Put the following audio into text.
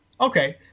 Okay